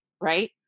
right